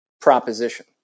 proposition